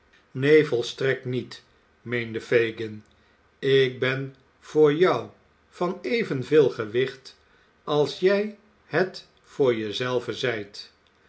neen volstrekt niet meende fagin ik ben voor jou van evenveel gewicht als jij het voor je zelven zijt